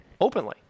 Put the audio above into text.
openly